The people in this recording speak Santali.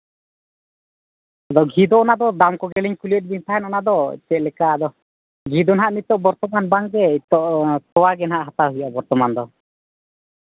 ᱟᱫᱚ ᱜᱷᱤ ᱫᱚ ᱚᱱᱟ ᱫᱟᱢ ᱠᱚᱜᱮ ᱞᱤᱧ ᱠᱩᱞᱤᱭᱮᱫ ᱵᱤᱱ ᱛᱟᱦᱮᱸ ᱚᱱᱟ ᱫᱚ ᱪᱮᱫ ᱞᱮᱠᱟ ᱟᱫᱚ ᱜᱷᱤ ᱫᱚ ᱱᱟᱦᱟᱜ ᱱᱤᱛᱚᱜ ᱵᱚᱨᱛᱚᱢᱟᱱ ᱵᱟᱝ ᱜᱮ ᱛᱚ ᱛᱳᱣᱟ ᱜᱮ ᱱᱟᱦᱟᱜ ᱦᱟᱛᱟᱣ ᱦᱩᱭᱩᱜᱼᱟ ᱵᱚᱨᱛᱚᱢᱟᱱ ᱫᱚ